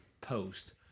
post